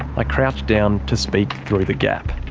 i crouch down to speak through the gap.